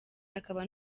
akaba